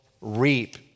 reap